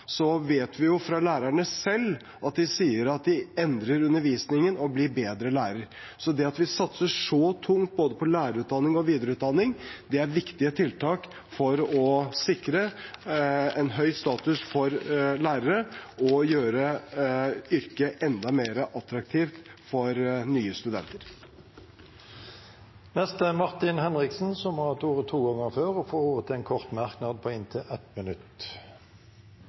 vet vi fra lærerne, og de sier selv, at de endrer undervisningen og blir bedre lærere. Det at vi satser så tungt på både lærerutdanning og videreutdanning, er viktige tiltak for å sikre en høy status for lærere og gjøre yrket enda mer attraktivt for nye studenter. Representanten Martin Henriksen har hatt ordet to ganger tidligere og får ordet til en kort merknad, begrenset til 1 minutt.